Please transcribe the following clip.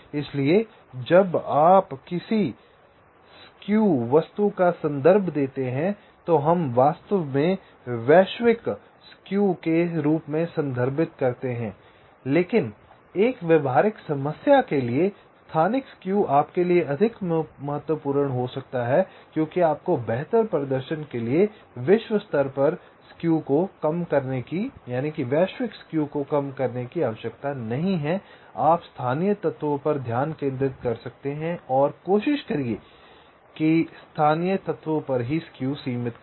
इसलिए जब आप किसी स्क्यू वस्तु का संदर्भ देते हैं तो हम वास्तव में वैश्विक स्क्यू के रूप में संदर्भित करते हैं लेकिन एक व्यावहारिक समस्या के लिए स्थानीय स्क्यू आपके लिए अधिक महत्वपूर्ण हो सकता है क्योंकि आपको बेहतर प्रदर्शन के लिए विश्व स्तर पर स्क्यू को कम करने की आवश्यकता नहीं है आप स्थानीय तत्वों पर ध्यान केंद्रित कर सकते हैं और कोशिश करें और उन स्थानीय तत्वों पर ही स्क्यू सीमित करें